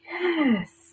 Yes